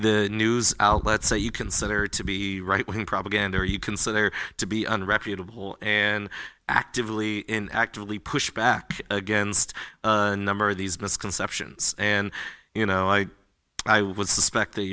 the news outlets that you consider to be right wing propaganda or you consider to be an reputable and actively in actively pushback against a number of these misconceptions and you know i i would suspect that